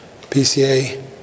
PCA